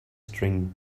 string